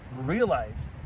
realized